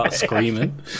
screaming